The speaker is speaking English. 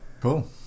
cool